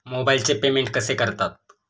मोबाइलचे पेमेंट कसे करतात?